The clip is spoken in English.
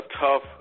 tough